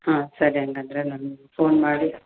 ಹಾಂ ಸರಿ ಹಾಗಂದ್ರೆ ನಾನು ಫೋನ್ ಮಾಡಿ